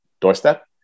doorstep